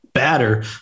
batter